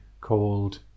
called